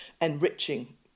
enriching